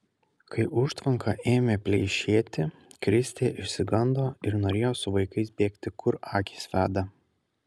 kai užtvanka ėmė pleišėti kristė išsigando ir norėjo su vaikais bėgti kur akys veda